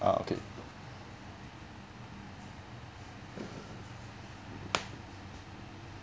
ah okay